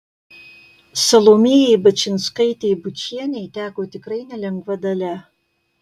salomėjai bačinskaitei bučienei teko tikrai nelengva dalia